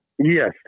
Yes